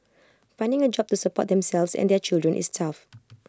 finding A job to support themselves and their children is tough